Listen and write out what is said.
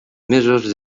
mesos